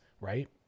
right